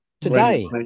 today